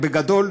בגדול,